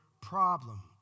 problem